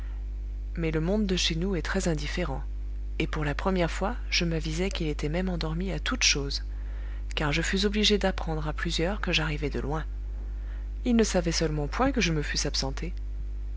mais le monde de chez nous est très indifférent et pour la première fois je m'avisai qu'il était même endormi à toutes choses car je fus obligé d'apprendre à plusieurs que j'arrivais de loin ils ne savaient seulement point que je me fusse absenté